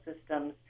systems